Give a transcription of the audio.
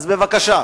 אז בבקשה.